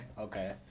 Okay